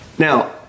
Now